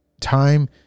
time